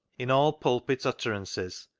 in all pulpit utter ances,